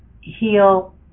heal